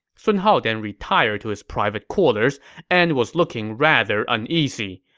sun hao then retired to his private quarters and was looking rather uneasy.